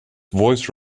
voice